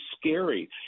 scary